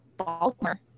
baltimore